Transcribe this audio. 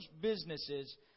businesses